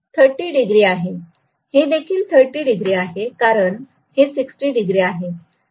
हे देखील 30 डिग्री आहे कारण हे 60 डिग्री आहे